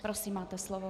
Prosím, máte slovo.